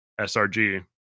SRG